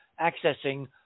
accessing